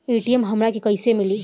ATM हमरा के कइसे मिली?